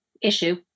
issue